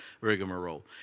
rigmarole